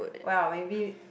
!wow! maybe